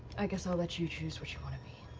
i guess i'll let you choose what you want to be.